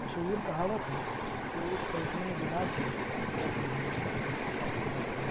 مشہور کہاوت ہے کہ ایک صحت مند دماغ کے لیے ایک صحت مند جسم کا ہونا ضروری ہے